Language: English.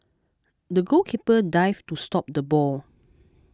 the goalkeeper dived to stop the ball